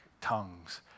tongues